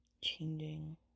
changing